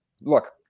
look